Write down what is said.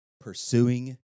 pursuing